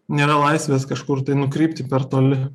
nėra laisvės kažkur tai nukrypti per toli